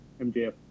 MJF